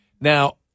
Now